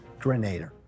Grenader